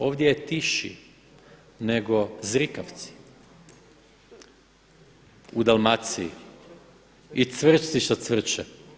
Ovdje je tiši nego zrikavci u Dalmaciji i cvrčci što cvrče.